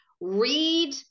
read